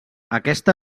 aquesta